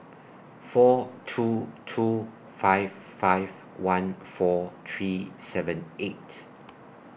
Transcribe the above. four two two five five one four three seven eight